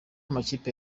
amakipe